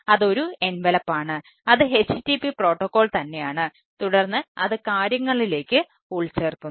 അത് ഒരു എൻവലപ്പാണ് അത് http പ്രോട്ടോക്കോൾ തന്നെയാണ് തുടർന്ന് അത് കാര്യങ്ങളിലേക്ക് ഉൾച്ചേർക്കുന്നു